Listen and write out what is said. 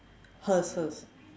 hers hers